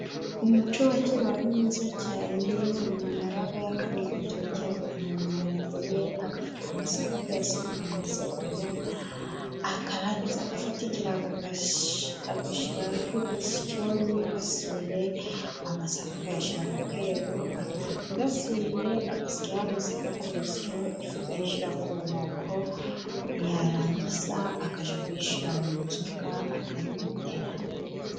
Umuco wa kera wari mwiza cyane umuntu yabaga yakamye ibitoki abikamiye mu muvure agafata amasaka akayasekura mwisekuru akarangiza agafa ikirago agashyiraho urusyo n'ingasire amasaka akayashyira mu kebo agafata ingasire agasya amasaka kurusyo ifu akayishyira ku nkoko yarangiza akajya kuyishyira mu nzoga akayibetera.